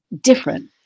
different